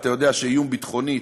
אתה יודע שאיום ביטחוני,